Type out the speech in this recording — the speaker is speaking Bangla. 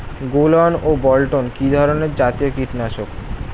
গোলন ও বলটন কি ধরনে জাতীয় কীটনাশক?